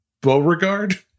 Beauregard